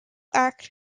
act